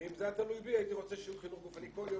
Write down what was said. ואם זה היה תלוי בי הייתי רוצה שיהיה חינוך גופני כל יום.